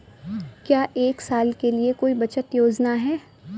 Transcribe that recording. क्या एक साल के लिए कोई बचत योजना है?